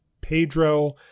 pedro